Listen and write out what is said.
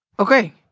Okay